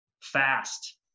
fast